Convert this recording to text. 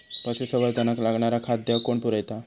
पशुसंवर्धनाक लागणारा खादय कोण पुरयता?